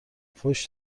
فحش